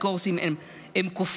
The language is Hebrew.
אפיקורסים הם כופרים,